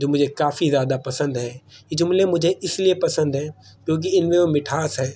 جو مجھے کافی زیادہ پسند ہیں یہ جملے مجھے اس لیے پسند ہیں کیونکہ ان میں وہ مٹھاس ہے